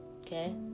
Okay